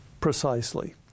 precisely